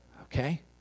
Okay